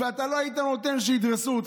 ואתה לא היית נותן שידרסו אותך.